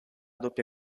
doppia